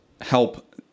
help